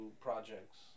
projects